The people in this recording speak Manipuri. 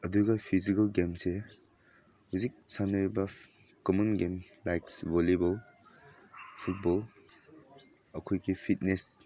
ꯑꯗꯨꯒ ꯐꯤꯖꯤꯀꯦꯜ ꯒꯦꯝꯁꯦ ꯍꯧꯖꯤꯛ ꯁꯥꯟꯅꯔꯤꯕ common game likes volleyball football ꯑꯩꯈꯣꯏꯒꯤ ꯐꯤꯠꯅꯦꯁ